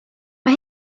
mae